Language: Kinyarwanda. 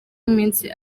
iminsi